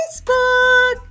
Facebook